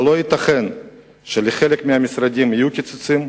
לא ייתכן שבחלק מהמשרדים יהיו קיצוצים,